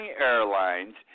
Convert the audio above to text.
airlines